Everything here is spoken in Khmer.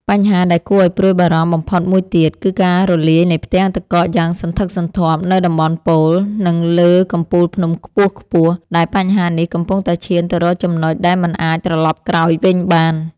បញ្ហាដែលគួរឱ្យព្រួយបារម្ភបំផុតមួយទៀត គឺការរលាយនៃផ្ទាំងទឹកកកយ៉ាងសន្ធឹកសន្ធាប់នៅតំបន់ប៉ូល និងលើកំពូលភ្នំខ្ពស់ៗ ដែលបញ្ហានេះកំពុងតែឈានទៅរកចំណុចដែលមិនអាចត្រឡប់ក្រោយវិញបាន។